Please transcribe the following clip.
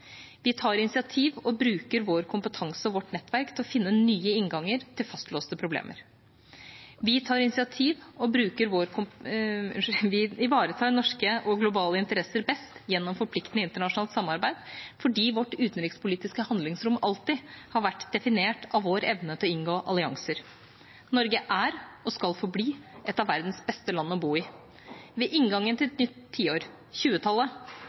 Vi tar initiativ og bruker vår kompetanse og vårt nettverk til å finne nye innganger til fastlåste problemer. Vi ivaretar norske og globale interesser best gjennom forpliktende internasjonalt samarbeid fordi vårt utenrikspolitiske handlingsrom alltid har vært definert av vår evne til å inngå allianser. Norge er – og skal forbli – et av verdens beste land å bo i. Ved inngangen til et nytt tiår,